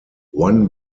one